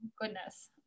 Goodness